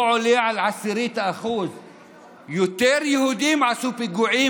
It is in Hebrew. לא עולה על 0.1%. יותר יהודים עשו פיגועים